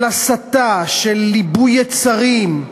של הסתה, של ליבוי יצרים,